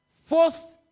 First